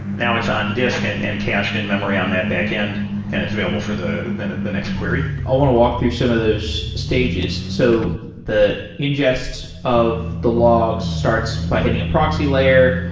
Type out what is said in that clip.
now it's on disk and and cached in memory on that backend and it's available for the the next query. i want to walk through some of those stages. so the ingest of the logs starts by hitting a proxy layer.